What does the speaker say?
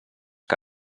que